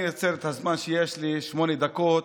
אני אנצל את הזמן שיש לי, שמונה דקות,